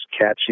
catchy